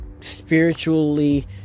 spiritually